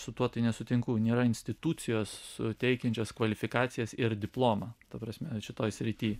su tuo tai nesutinku nėra institucijos suteikiančios kvalifikacijas ir diplomą ta prasme šitoj srity